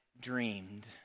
dreamed